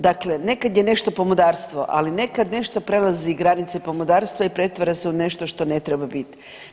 Dakle nekad je nešto pomodarstvo, ali nekad nešto prelazi granice pomodarstva i pretvara se u nešto što ne treba bit.